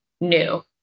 new